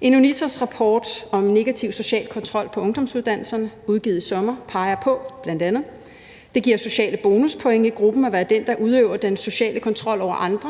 En Unitosrapport om negativ social kontrol på ungdomsuddannelserne udgivet i sommer peger bl.a. på, at det giver sociale bonuspoint i gruppen at være den, der udøver den sociale kontrol over andre,